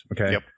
okay